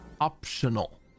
optional